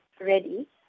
ready